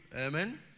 amen